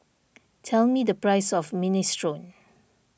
tell me the price of Minestrone